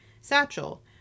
Satchel